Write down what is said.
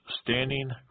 standing